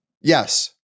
Yes